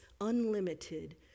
unlimited